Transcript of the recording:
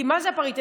כי מה זה הפריטטי?